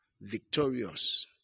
victorious